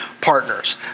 partners